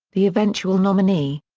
the eventual nominee.